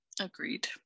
agreed